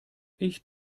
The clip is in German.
ich